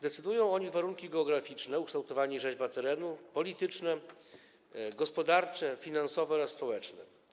Decydują o tym warunki geograficzne - ukształtowanie i rzeźba terenu - polityczne, gospodarcze, finansowe oraz społeczne.